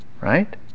right